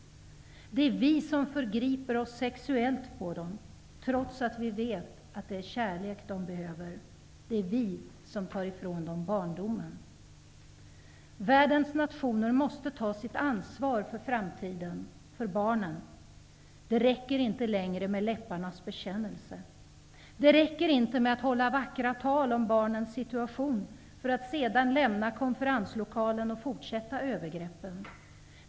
Det är vi som förgriper oss sexuellt på dem, trots att vi vet att det är kärlek de behöver. Det är vi som tar ifrån dem barndomen. Världens nationer måste ta sitt ansvar för framtiden, för barnen. Det räcker inte längre med läpparnas bekännelse. Det räcker inte med att hålla vackra tal om barnens situation för att sedan lämna konferenslokalen och fortsätta övergreppen.